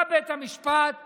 בא בית המשפט ואמר: